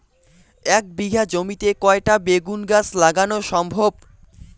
এক বিঘা জমিতে কয়টা বেগুন গাছ লাগানো সম্ভব?